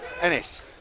Ennis